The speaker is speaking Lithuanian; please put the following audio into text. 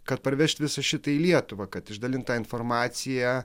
kad parvežt visą šitą į lietuvą kad išdalint tą informaciją